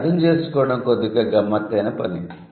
ఇవి అర్థం చేసుకోవడo కొద్దిగా గమ్మత్తైన పని